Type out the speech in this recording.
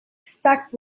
stuck